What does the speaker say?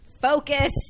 Focus